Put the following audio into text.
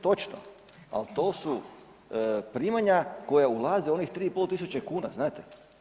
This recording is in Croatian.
Točno, ali to su primanja koja ulaze u onih 3500 kn, znate.